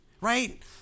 Right